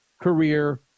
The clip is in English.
career